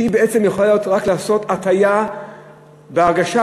שיכולה רק לעשות הטעיה בהרגשה,